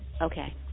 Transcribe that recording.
Okay